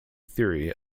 theory